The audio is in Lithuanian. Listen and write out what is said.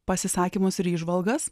pasisakymus ir įžvalgas